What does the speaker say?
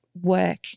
work